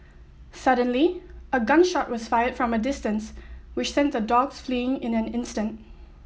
suddenly a gun shot was fired from a distance which sent the dogs fleeing in an instant